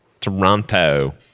Toronto